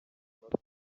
munota